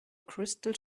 crystal